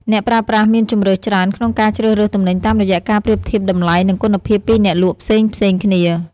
អ្នកប្រើប្រាស់មានជម្រើសច្រើនក្នុងការជ្រើសរើសទំនិញតាមរយៈការប្រៀបធៀបតម្លៃនិងគុណភាពពីអ្នកលក់ផ្សេងៗគ្នា។